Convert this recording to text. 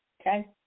Okay